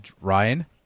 Ryan